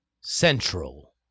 central